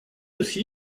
aussi